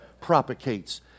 propagates